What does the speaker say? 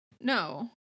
no